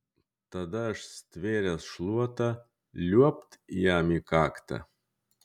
tada aš stvėręs šluotą liuobt jam į kaktą